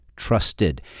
trusted